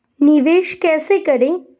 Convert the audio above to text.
निवेश कैसे करें?